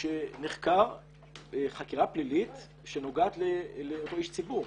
שנחקר חקירה פלילית שנוגעת לאותו איש ציבור.